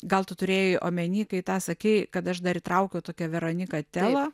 gal tu turėjai omeny kai tą sakei kad aš dar įtraukiau tokią veroniką telo